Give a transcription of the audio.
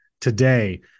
today